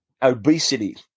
obesity